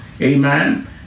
amen